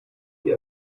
die